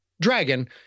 Dragon